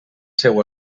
seua